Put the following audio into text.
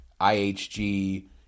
ihg